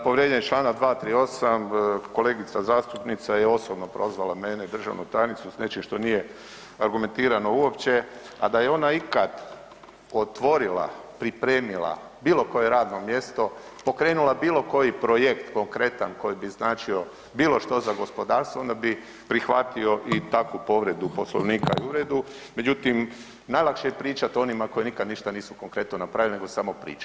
Povrijeđen je čl. 238., kolegica zastupnica je osobno prozvala mene i državnu tajnicu s nečim što nije argumentirano uopće, a da je ona ikad otvorila, pripremila bilo koje radno mjesto, pokrenula bilo koji projekt konkretan koji bi značio bilo što za gospodarstvo onda bi prihvatio i takvu povredu Poslovnika i uvredu, međutim najlakše je pričat onima koji nikad ništa nisu konkretno napravili nego samo pričaju.